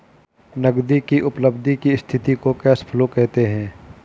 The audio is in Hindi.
नगदी की उपलब्धि की स्थिति को कैश फ्लो कहते हैं